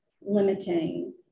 limiting